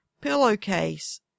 pillowcase